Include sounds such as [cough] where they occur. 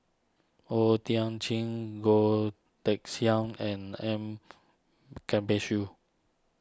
O Thiam Chin Goh Teck Sian and M [unintelligible]